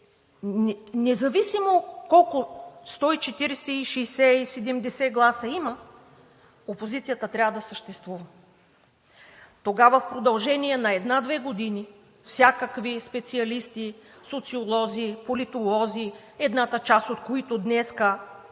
независимо колко гласа има –140, 160 или 170, опозицията трябва да съществува. Тогава в продължение на една-две години всякакви специалисти – социолози, политолози, една част от които днес